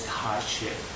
hardship